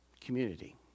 community